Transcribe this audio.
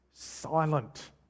Silent